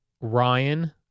Ryan